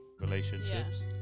relationships